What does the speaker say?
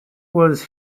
was